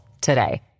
today